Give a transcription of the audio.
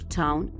town